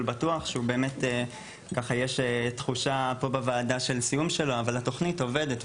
בטוח" שבאמת ככה יש תחושה פה בוועדה של סיום שלו אבל התוכנית עובדת,